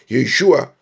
Yeshua